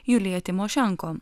julija tymošenko